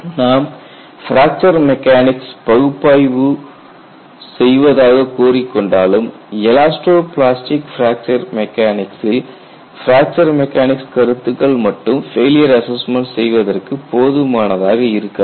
நாம் fracture mechanics பகுப்பாய்வு செய்வதாக கூறிக்கொண்டாலும் எலாஸ்டோ பிளாஸ்டிக் பிராக்சர் மெக்கானிக்சில் பிராக்சர் மெக்கானிக்ஸ் கருத்துக்கள் மட்டும் ஃபெயிலியர் அசஸ்மெண்ட் செய்வதற்கு போதுமானதாக இருக்காது